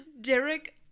Derek